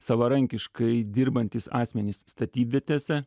savarankiškai dirbantys asmenys statybvietėse